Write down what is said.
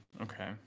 okay